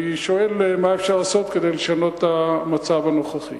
אני שואל: מה אפשר לעשות כדי לשנות את המצב הנוכחי?